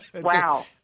Wow